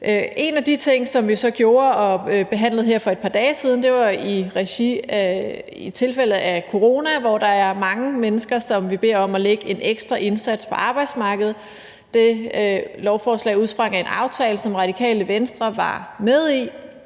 En af de ting, som vi så gjorde, og som vi behandlede her for et par dage siden, var i forhold til corona, hvor der er mange mennesker, som vi beder om at lægge en ekstra indsats på arbejdsmarkedet. Det lovforslag udsprang af en aftale, som Radikale Venstre var med i,